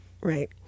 right